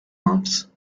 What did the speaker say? offs